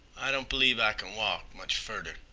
i don't b'lieve i kin walk much furder.